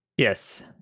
Yes